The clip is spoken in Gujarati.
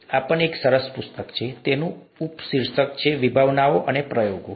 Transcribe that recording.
આ પણ એક સરસ પુસ્તક છે તેનું ઉપશીર્ષક છે વિભાવનાઓ અને પ્રયોગો